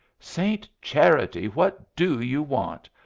saint charity! what do you want?